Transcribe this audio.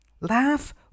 Laugh